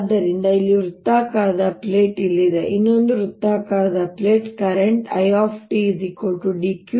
ಆದ್ದರಿಂದ ಇಲ್ಲಿ ವೃತ್ತಾಕಾರದ ಪ್ಲೇಟ್ ಇಲ್ಲಿದೆ ಇನ್ನೊಂದು ವೃತ್ತಾಕಾರದ plate current I dQ dt A